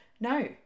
No